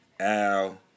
Al